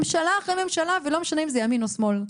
ממשלה אחרי ממשלה, ולא משנה אם ימין או שמאל,